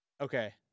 okay